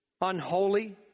unholy